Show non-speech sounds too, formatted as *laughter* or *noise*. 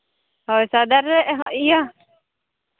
ᱦᱳᱭ *unintelligible* ᱤᱭᱟᱹ